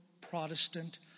Protestant